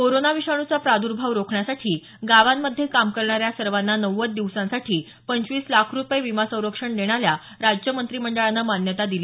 corona विषाणूचा प्रादुर्भाव रोखण्यासाठी गावांमध्ये काम करणाऱ्या सर्वांना नव्वद दिवसांसाठी पंचवीस लाख रूपये विमा संरक्षण देण्याला राज्य मंत्रिमंडळानं मान्यता दिली